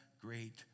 great